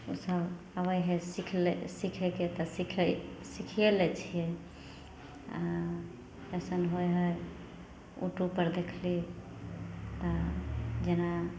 ओ सब आबै हइ सीखऽ लए सीखयके तऽ सीखिये लै छियै आ पसन्न होइ हइ उटूब पर देखली तऽ जेना